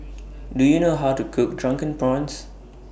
Do YOU know How to Cook Drunken Prawns